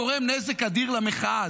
גורם נזק אדיר למחאה,